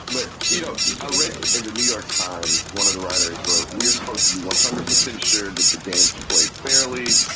but, you know, i read in the new york times, one of the writers wrote, we're supposed to be one hundred percent sure that the games are played fairly.